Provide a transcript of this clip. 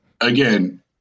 Again